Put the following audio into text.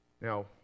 Now